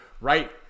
right